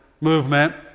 movement